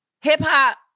hip-hop